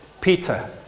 Peter